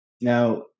Now